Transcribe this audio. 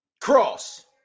Cross